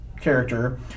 character